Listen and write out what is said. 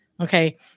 okay